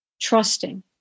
trusting